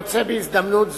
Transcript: יכול להיות שגם